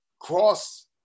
cross